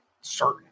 certain